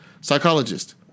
psychologist